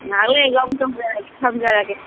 ꯉꯥꯏꯍꯥꯛ ꯂꯩꯔꯒ ꯑꯃꯨꯛ ꯇꯧꯖꯔꯛꯑꯒꯦ ꯊꯝꯖꯔꯒꯦ